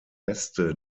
reste